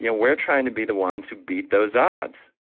you know we're trying to be the ones who beat those odds